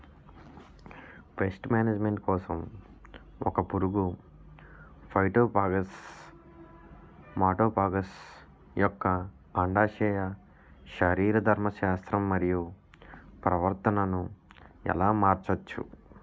Paste management కోసం ఒక పురుగు ఫైటోఫాగస్హె మటోఫాగస్ యెక్క అండాశయ శరీరధర్మ శాస్త్రం మరియు ప్రవర్తనను ఎలా మార్చచ్చు?